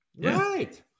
right